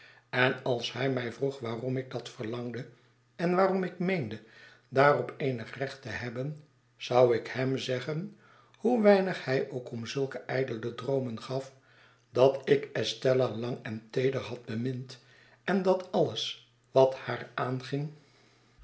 en als hij mij vroeg waarom ik dat verlangde en waarom ik meende daarop eenig recht te hebben zou ik hem zeggen hoe weinig hij ook om zulke ijdele droomen gaf dat ik estella lang en teeder had bemind en dat alles wat haar aanging